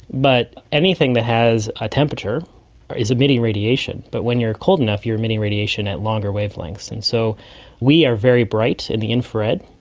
but anything that has a temperature is emitting radiation, but when you are cold enough you are emitting radiation at longer wavelengths. and so we are very bright in the infrared,